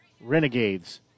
Renegades